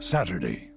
Saturday